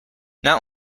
not